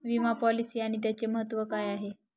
विमा पॉलिसी आणि त्याचे महत्व काय आहे?